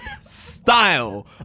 Style